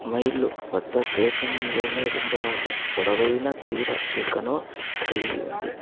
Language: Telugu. మైళ్ళు వద్ద దేశంలోనే రెండవ అతి పొడవైన తీర రేఖను కలిగి ఉంది